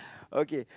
okay